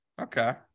Okay